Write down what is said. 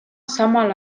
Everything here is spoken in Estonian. samal